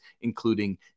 including